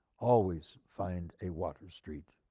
always find a water street.